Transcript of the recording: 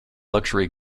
luxury